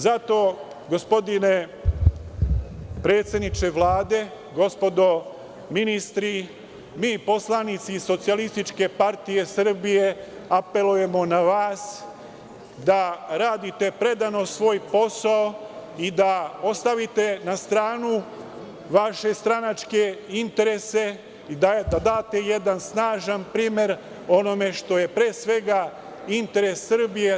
Zato, gospodine predsedniče Vlade, gospodo ministri, mi poslanici Socijalističke partije Srbije apelujemo na vas da radite predano svoj posao i da ostavite na stranu vaše stranačke interese i da date jedan snažan primer onome što je pre svega interes Srbije.